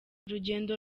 urugendo